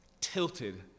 tilted